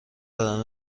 درون